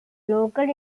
local